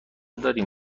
داریم